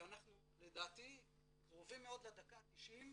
ואנחנו לדעתי קרובים מאוד לדקה ה-90.